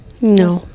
No